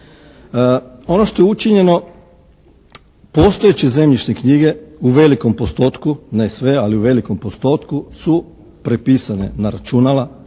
Ono što je učinjeno postojeće zemljišne knjige u velikom postotku, ne sve ali u velikom postotku su prepisane na računala,